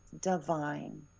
divine